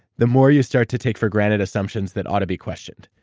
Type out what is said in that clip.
the more you start to take for granted assumptions that ought to be questioned.